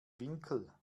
winkel